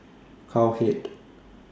Cowhead